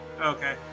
Okay